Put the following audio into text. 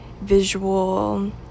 visual